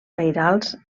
pairals